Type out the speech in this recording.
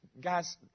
guys